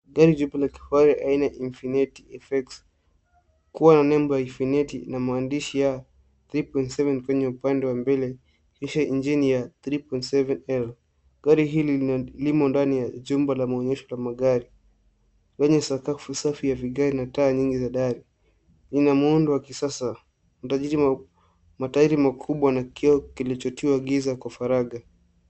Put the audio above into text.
Gari jeupe la kifari aina Infinite effects . Kuwa na nembo infinite na maandishi ya 3.7 kwenye upande wa mbele kisha injini ya 3.7L. Gari hili lina limo ndani ya jumba la muonyesho la magari. Kwenye sakafu safi ya vigae na taya nyingi za dari. Ina muundo wa kisasa. Mtajiri matairi makubwa na kioo kilichotiwa giza kwa faraga.